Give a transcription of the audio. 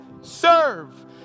Serve